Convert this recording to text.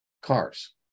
cars